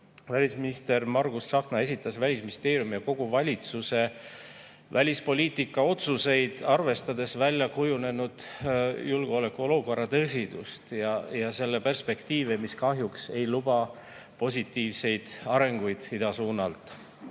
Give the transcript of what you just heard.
Välisminister Margus Tsahkna esitas Välisministeeriumi ja kogu valitsuse välispoliitikaotsuseid, arvestades väljakujunenud julgeolekuolukorra tõsidust ja selle perspektiive, mis kahjuks ei luba positiivseid arenguid idasuunalt.